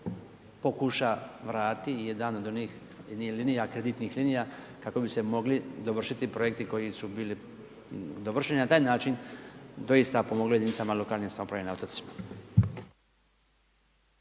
pokuša, vrati, jedan od onih kreditnih linija kako bi se mogli dovršiti projekti koji su bili dovršeni, na taj način doista pomoglo jedinicama lokalne samouprave na otocima.